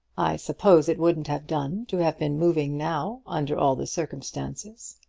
i suppose it wouldn't have done to have been moving now under all the circumstances,